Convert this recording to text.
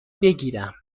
بگیرم